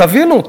תבינו,